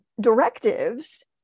directives